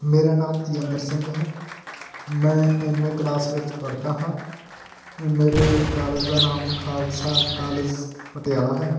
ਮੇਰਾ ਨਾਮ ਤੇਂਜੰਦਰ ਸਿੰਘ ਹੈ ਮੈਂ ਐੱਮ ਏ ਕਲਾਸ ਵਿੱਚ ਪੜ੍ਹਦਾ ਹਾਂ ਮੇਰੇ ਕਾਲਜ ਦਾ ਨਾਮ ਖਾਲਸਾ ਕਾਲਜ ਪਟਿਆਲਾ ਹੈ